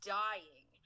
dying